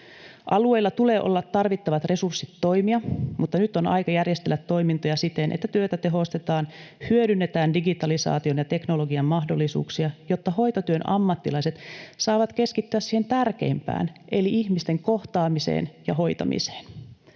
Alueilla tulee olla tarvittavat resurssit toimia, mutta nyt on aika järjestellä toimintoja siten, että työtä tehostetaan, hyödynnetään digitalisaation ja teknologian mahdollisuuksia, jotta hoitotyön ammattilaiset saavat keskittyä siihen tärkeimpään eli ihmisten kohtaamiseen ja hoitamiseen.